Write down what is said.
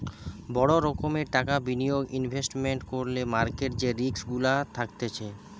বড় রোকোমের টাকা বিনিয়োগ ইনভেস্টমেন্ট করলে মার্কেট যে রিস্ক গুলা থাকতিছে